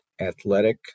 athletic